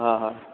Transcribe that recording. હા હા